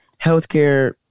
healthcare